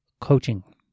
coaching